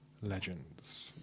legends